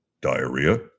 diarrhea